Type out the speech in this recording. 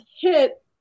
hit